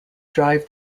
drive